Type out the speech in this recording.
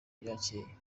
ryacyeye